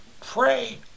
pray